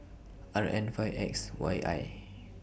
R N five X Y I